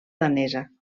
danesa